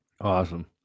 Awesome